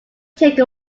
take